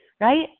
right